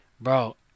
Bro